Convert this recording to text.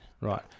Right